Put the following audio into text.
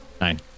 Nine